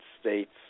States